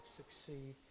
succeed